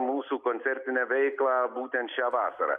mūsų koncertinę veiklą būtent šią vasarą